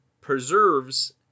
preserves